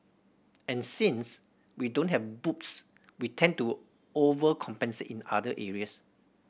and since we don't have boobs we tend to overcompensate in other areas